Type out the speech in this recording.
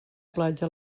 platja